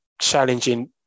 challenging